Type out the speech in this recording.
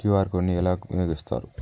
QR code ని ఎలా వినియోగిస్తారు?